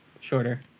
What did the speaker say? Shorter